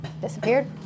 disappeared